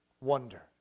wonder